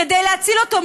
כדי להציל אותו.